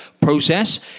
process